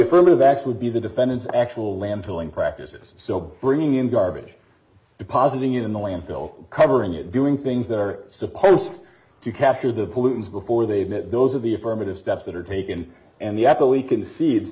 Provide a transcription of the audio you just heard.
affirmative action would be the defendant's actual landfilling practices so bringing in garbage depositing in the landfill covering it doing things that are supposed to capture the pollutants before they admit those of the affirmative steps that are taken and the apple we can see